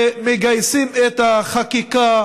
ומגייסים את החקיקה